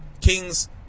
kings